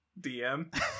DM